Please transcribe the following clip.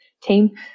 team